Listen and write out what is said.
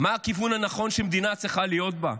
מה הכיוון הנכון שמדינה צריכה להיות בו?